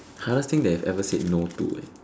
hardest thing I've ever said no to eh